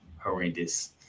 horrendous